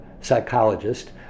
psychologist